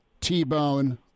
T-bone